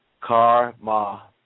...Karma